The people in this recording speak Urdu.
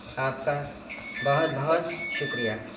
آپ کا بہت بہت شکریہ